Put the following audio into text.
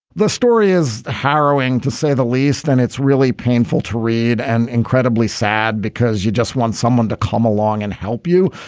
the story is harrowing to say the least and it's really painful to read and incredibly sad because you just want someone to come along and help you.